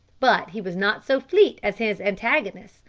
but he was not so fleet as his antagonist,